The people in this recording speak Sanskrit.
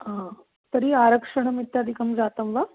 हा तर्हि आरक्षणमित्यादिकं जातं वा